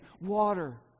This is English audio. water